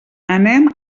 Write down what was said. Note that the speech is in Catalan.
anem